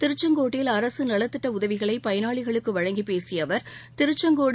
திருச்செங்கோட்டில் அரசு நலத்திட்ட உதவிகளை பயனாளிகளுக்கு வழங்கிப் பேசிய அவர் திருச்செங்கோடு